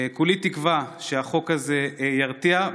כולי תקווה שהחוק הזה ירתיע,